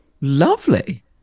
Lovely